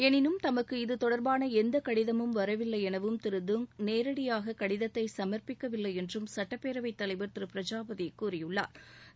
எளினும் தமக்கு இது தொடர்பான எந்த கடிதமும் வரவில்லை எனவும் திரு துங் நேரடியாக கடிதத்தை சமாப்பிக்கவில்லை என்றும் சட்டப்பேரவை தலைவா் திரு பிரஜாபதி கூறியுள்ளாா்